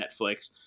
Netflix